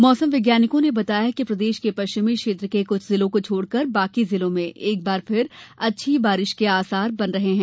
मौसम वैज्ञानिकों ने बताया है कि प्रदेश के पश्चिमी क्षेत्र के कुछ जिलों को छोड़कर बाकी जिलों में एक बार फिर अच्छी बारिश के आसार बन रहे है